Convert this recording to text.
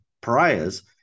pariahs